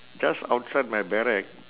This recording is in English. just outside my barrack